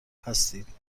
هستید